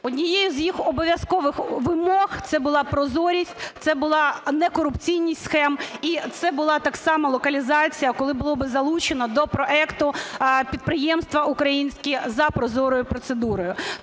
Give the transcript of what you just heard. Однією з їх обов'язкових вимог це була прозорість, це була не корупційність схем і це була так само локалізація, коли було б залучено до проекту підприємства українські за прозорою процедурою.